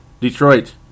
Detroit